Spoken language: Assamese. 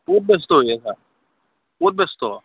ক'ত ব্যস্ত হৈ আছা ক'ত ব্যস্ত